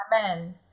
Amen